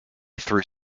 through